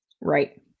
Right